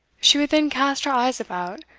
she would then cast her eyes about,